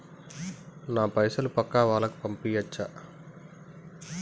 నా పైసలు పక్కా వాళ్ళకు పంపియాచ్చా?